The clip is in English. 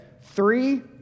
Three